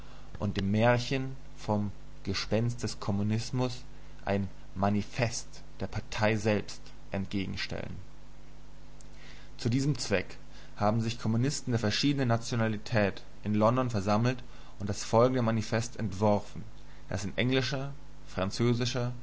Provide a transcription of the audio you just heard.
und dem märchen vom gespenst des kommunismus ein manifest der partei selbst entgegenstellen zu diesem zweck haben sich kommunisten der verschiedensten nationalität in london versammelt und das folgende manifest entworfen das in englischer französischer